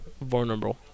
Vulnerable